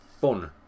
Fun